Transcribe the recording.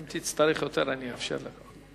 ואם תצטרך יותר אני אאפשר לך.